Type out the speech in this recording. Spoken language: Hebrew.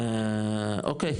אוקי,